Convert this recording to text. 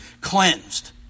cleansed